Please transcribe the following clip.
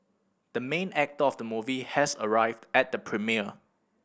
the main actor of the movie has arrived at the premiere